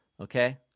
Okay